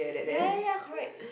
ya ya ya correct